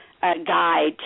guide